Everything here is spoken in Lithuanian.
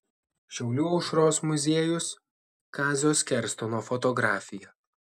šiaulių aušros muziejus kazio skerstono fotografija